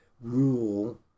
rule